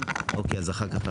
אוקיי אז אחר כך.